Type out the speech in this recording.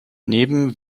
neben